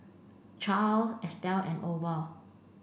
Charle Estell and Orval